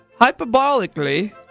Hyperbolically